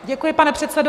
Děkuji, pane předsedo.